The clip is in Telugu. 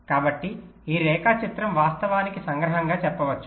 కాబట్టి ఈ రేఖాచిత్రం వాస్తవానికి సంగ్రహంగా చెప్పవచ్చు